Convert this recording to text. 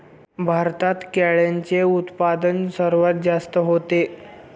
भारतात केळ्यांचे उत्पादन सर्वात जास्त होते